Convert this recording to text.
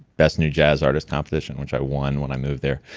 best new jazz artist competition, which i won when i moved there.